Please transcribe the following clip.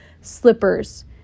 slippers